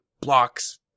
blocks